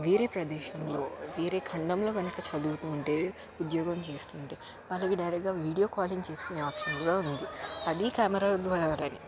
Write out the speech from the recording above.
వేరే ప్రదేశంలో వేరే ఖండంలో కనుక చదువుతూ ఉంటే ఉద్యోగం చేస్తుంటే వాళ్ళకి డైరెక్ట్గా వీడియో కాలింగ్ చేసుకొనే ఆప్షన్స్ కూడా ఉంది అది కెమెరా ద్వారా